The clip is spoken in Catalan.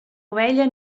ovella